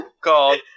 called